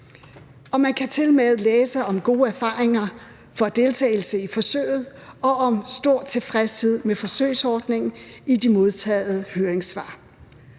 Og man kan tilmed læse om gode erfaringer fra deltagelse i forsøget og om stor tilfredshed med forsøgsordningen i de modtagne høringssvar.